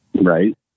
Right